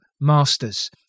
masters